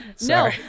No